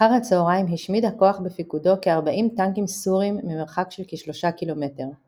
אחר הצהריים השמיד הכח בפיקודו כ-40 טנקים סוריים ממרחק של כ-3 קילומטר.